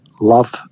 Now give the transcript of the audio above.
love